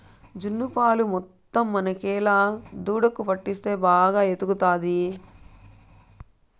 జున్ను పాలు మొత్తం మనకేలా దూడకు పట్టిస్తే బాగా ఎదుగుతాది